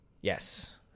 Yes